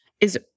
is-